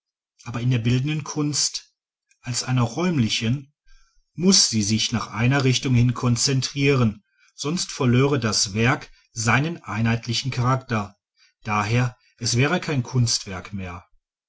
aber in der bildenden kunst als einer räumlichen muß sie sich nach einer richtung hin konzentrieren sonst verlöre das werk seinen einheitlichen charakter d h es wäre kein kunstwerk mehr